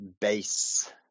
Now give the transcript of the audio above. base